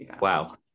Wow